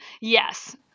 Yes